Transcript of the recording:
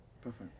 Perfect